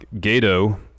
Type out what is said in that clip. Gato